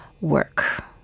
work